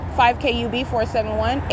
5KUB471